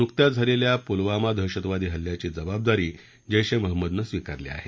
नुकत्याच झालेल्या पुलवामा दहशतवादी हल्ल्याची जबाबदारी जैश ए महम्मदनं स्वीकारली आहे